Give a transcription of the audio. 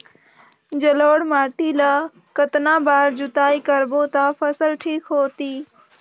जलोढ़ माटी ला कतना बार जुताई करबो ता फसल ठीक होती?